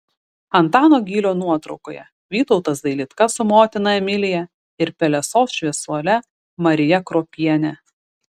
antano gylio nuotraukoje vytautas dailidka su motina emilija ir pelesos šviesuole marija kruopiene